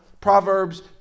Proverbs